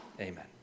Amen